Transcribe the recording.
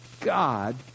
god